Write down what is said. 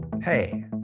Hey